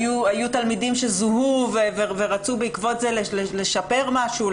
היו תלמידים שזוהו ובעקבות זה רצו לשפר משהו,